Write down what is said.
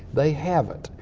they haven't.